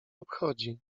obchodzi